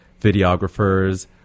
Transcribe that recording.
videographers